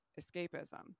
escapism